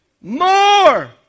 More